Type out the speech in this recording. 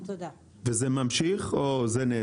וזה ממשיך או נעצר?